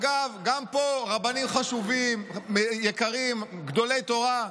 אגב, גם פה, הרבנים חשובים, יקרים, גדולי תורה,